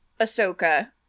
ahsoka